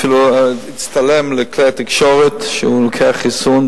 ואפילו הצטלם בכלי התקשורת כשהוא לוקח חיסון,